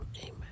Amen